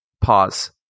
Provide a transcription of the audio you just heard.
Pause